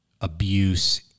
abuse